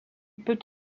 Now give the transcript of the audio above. peut